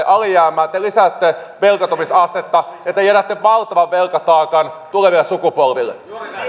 alijäämää te lisäätte velkaantumisastetta ja te jätätte valtavan velkataakan tuleville sukupolville